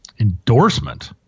endorsement